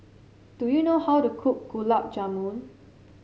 do you know how to cook Gulab Jamun